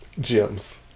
gems